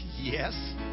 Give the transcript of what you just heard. Yes